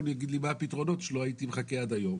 יגיד לי מה הפתרונות שלו הייתי מחכה עד היום.